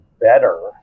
better